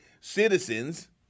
citizens